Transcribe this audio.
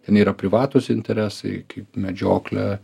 ten yra privatūs interesai kaip medžioklė